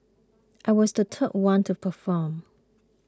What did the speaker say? I was the third one to perform